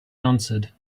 answered